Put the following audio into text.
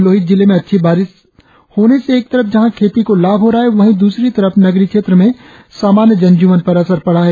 लोहित जिलें में अच्छी बारिश होने से एक तरफ जहां खेती को लाभ हो रहा है वही द्रसरी तरफ नगरीय क्षेत्र में सामान्य जनजीवन पर असर पड़ा है